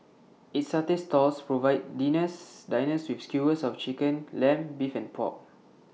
its satay stalls provide dinners diners with skewers of Chicken Lamb Beef and pork